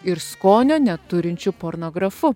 ir skonio neturinčiu pornografu